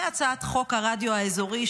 והצעת חוק הרדיו האזורי,